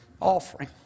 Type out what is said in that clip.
offering